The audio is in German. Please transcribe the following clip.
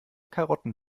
karotten